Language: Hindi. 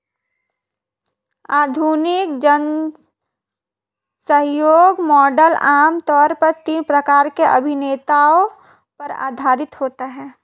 आधुनिक जनसहयोग मॉडल आम तौर पर तीन प्रकार के अभिनेताओं पर आधारित होता है